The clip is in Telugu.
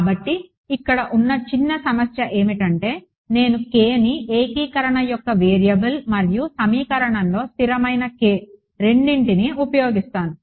కాబట్టి ఇక్కడ ఉన్న చిన్న సమస్య ఏమిటంటే నేను k ని ఏకీకరణ యొక్క వేరియబుల్ మరియు సమీకరణంలో స్థిరమైన k రెండింటినీ ఉపయోగిస్తున్నాను